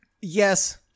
yes